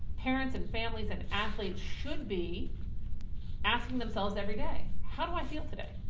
parents and families and athletes should be asking themselves every day, how do i feel today?